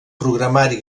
programari